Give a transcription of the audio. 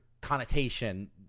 connotation